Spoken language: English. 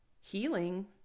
Healing